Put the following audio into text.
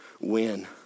win